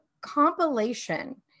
compilation